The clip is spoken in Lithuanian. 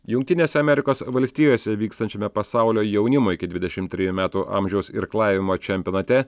jungtinėse amerikos valstijose vykstančiame pasaulio jaunimo iki dvidešimt trijų metų amžiaus irklavimo čempionate